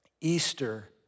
Easter